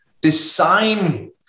design